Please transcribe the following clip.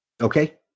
Okay